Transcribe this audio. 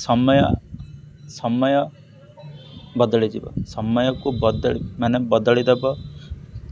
ସମୟ ସମୟ ବଦଳିଯିବ ସମୟକୁ ବଦଳି ମାନେ ବଦଳି ଦେବ